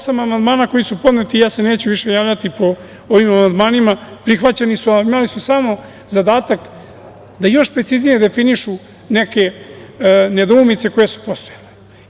Osam amandmana koji su podneti, ja se neću više javljati po ovim amandmanima, prihvaćeni su, a imali su samo zadatak da još preciznije definišu neke nedoumice koje su postojale.